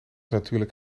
natuurlijk